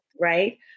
right